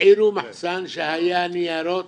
הבעירו מחסן שהיה ניירות